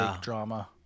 drama